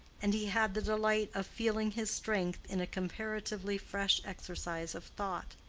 and he had the delight of feeling his strength in a comparatively fresh exercise of thought.